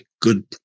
Good